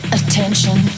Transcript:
attention